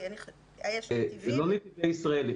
זה לא נתיבי ישראל.